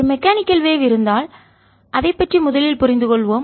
ஒரு mechanical wave இயந்திர அலை இருந்தால் அதை பற்றி முதலில் புரிந்துகொள்வோம்